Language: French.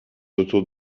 autour